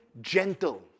gentle